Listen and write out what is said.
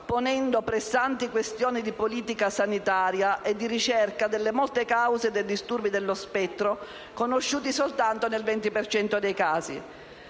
ponendo pressanti questioni di politica sanitaria e di ricerca delle molte cause dei disturbi dello spettro, conosciute soltanto nel 20 per cento